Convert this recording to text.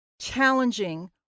challenging